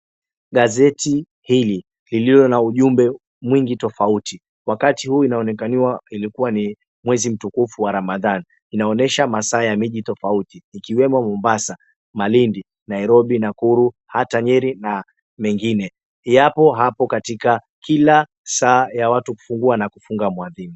Gazeti hili lililo na ujumbe mwingi tofauti. Wakati huu inaonekaniwa ilikua ni mwezi mtukufu wa ramadhani, inaonyesha masaa ya miji tofauti ikiwemo Mombasa, Malindi , Nairobi, Nakuru hata Nyeri na mengine yapo hapo katika kila saa ya watu kufungua na kufunga mwadhini.